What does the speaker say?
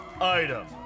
item